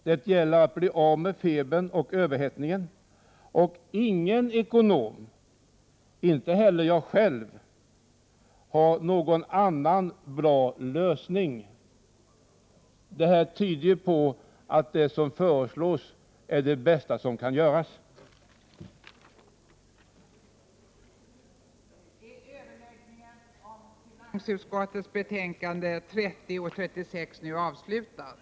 Det gäller att bli av med febern, överhettningen. Och ingen ekonom, inte heller jag själv, har någon annan bra lösning.” Detta tyder ju på att det som föreslås är det bästa som kan göras. Överläggningen var härmed avslutad. Kammaren övergick till att fatta beslut i ärendena.